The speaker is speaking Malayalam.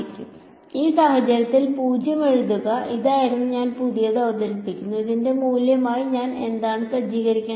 അതിനാൽ ഈ സാഹചര്യത്തിൽ 0 എഴുതുക ഇതായിരുന്നു ഞാൻ പുതിയത് അവതരിപ്പിക്കുന്നു ഇതിന്റെ മൂല്യമായി ഞാൻ എന്താണ് സജ്ജീകരിക്കേണ്ടത്